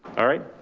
alright,